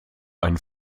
ein